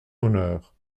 honneur